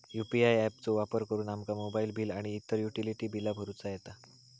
UPI app चो वापर करुन आमका मोबाईल बिल आणि इतर युटिलिटी बिला भरुचा येता